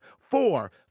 Four